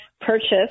purchase